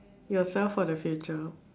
yourself for the future